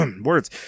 words